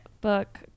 book